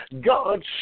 God